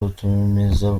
rutumiza